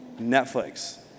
Netflix